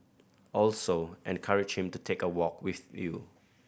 also encourage him to take a walk with you